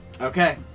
Okay